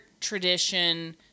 tradition